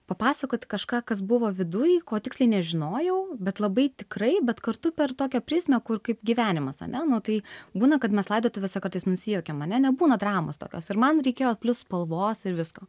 papasakot kažką kas buvo viduj ko tiksliai nežinojau bet labai tikrai bet kartu per tokią prizmę kur kaip gyvenimas ane nu tai būna kad mes laidotuvėse kartais nusijuokiam ane nebūna dramos tokios ir man reikėjo plius spalvos ir visko